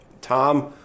tom